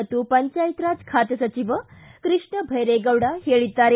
ಮತ್ತು ಪಂಚಾಯತರಾಜ್ ಖಾತೆ ಸಚಿವ ಕೃಷ್ಣ ಭೈರೇಗೌಡ ಹೇಳಿದ್ದಾರೆ